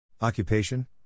Occupation